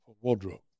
Wardrobe